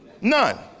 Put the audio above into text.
None